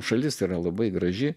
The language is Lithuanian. šalis yra labai graži